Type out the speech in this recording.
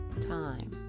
time